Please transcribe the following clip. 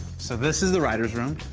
so, this is the writers' room.